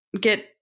get